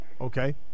okay